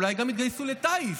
אולי גם התגייסו לטיס,